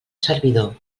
servidor